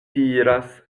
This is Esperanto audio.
diras